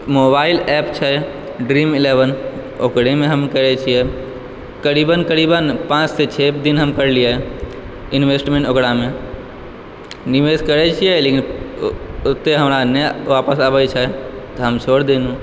mobile app छै dream eleven ओकरेमे हम करै छियै करीबन करीबन पाँच से छओ दिन हम करलियै इन्वेस्टमेन्ट ओकरामे निवेश करै छियै लेकिन ओते हमरा नहि वापस आबै छै तऽ हम छड़ि देलहुॅं